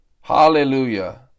Hallelujah